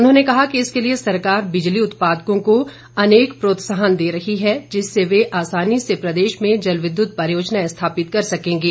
उन्होंने कहा कि इसके लिए सरकार बिजली उत्पादकों को अनेक प्रोत्साहन दे रही है जिससे वे आसानी से प्रदेश में जल विद्युत परियोजनाएं स्थापित कर सकेंगे